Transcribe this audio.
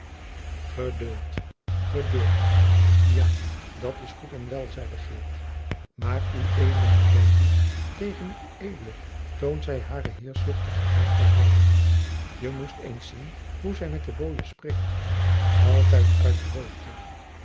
geduld geduld ja dat is goed en wel zeide geert maar ued moet denken tegen ued toont zij haren heerschzuchtigen aart maar half je moest eens zien hoe zij met de booien spreekt altijd uit de hoogte